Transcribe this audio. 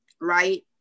right